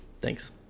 Thanks